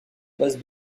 base